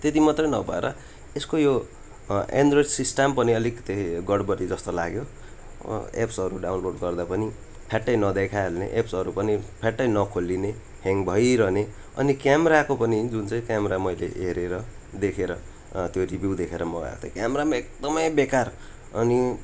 त्यति मात्रै नभएर यसको यो एन्ड्रोइड सिस्टम पनि अलिकति गडबडी जस्तो लाग्यो एप्सहरू डाउनलोड गर्दा पनि फ्याट्टै नदेखाई हाल्ने एप्सहरू पनि फ्याट्टै नखोलिने हेङ भइरहने अनि क्यामराको पनि जुन चाहिँ क्यामरा मैले हेरेर देखेर त्यो रिभ्यू देखेर मगाएको थिएँ क्यामरा पनि एकदमै बेकार अनि